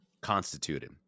constituted